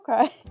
okay